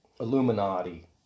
Illuminati